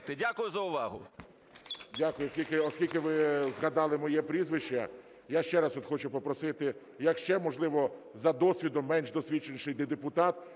Дякую за увагу.